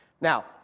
Now